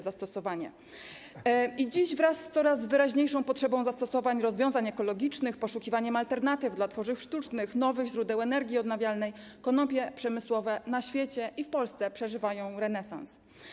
Dzisiaj, wraz z coraz wyraźniejszą potrzebą zastosowania rozwiązań ekologicznych i poszukiwania alternatyw dla tworzyw sztucznych, nowych źródeł energii odnawialnej, konopie przemysłowe na świecie i w Polsce przeżywają renesans.